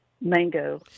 Mango